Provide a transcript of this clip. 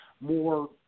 more